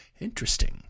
Interesting